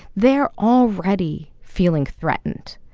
they're already feeling threatened.